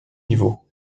niveaux